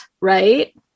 right